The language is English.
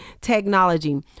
technology